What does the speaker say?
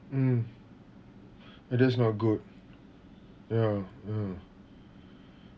mm it that's not good ya ya